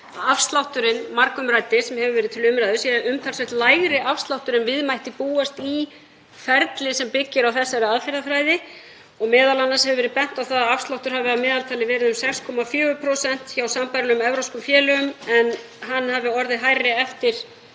afslátturinn margumræddi sem hefur verið til umræðu sé umtalsvert lægri afsláttur en við mætti búast í ferli sem byggir á þessari aðferðafræði. Meðal annars hefur verið bent á það að afsláttur hafi að meðaltali verið um 6,4% hjá sambærilegum evrópskum félögum en hann hafi orðið hærri eftir